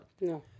No